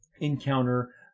encounter